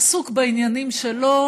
הוא עסוק בעניינים שלו,